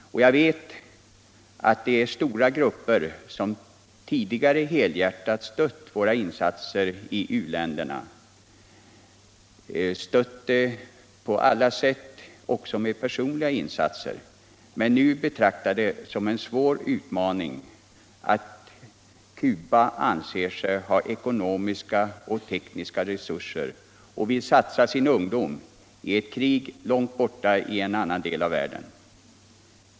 Jag vet alt stora grupper, som tidigare helhjärtat har stött våra insatser i u-länderna — också med personliga uppoffringar — betraktar det som en svår utmaning att Cuba anser sig ha ekonomiska och tekniska resurser och vill satsa sin ungdom i ett krig långt borta i en annan del av världen.